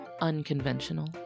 unconventional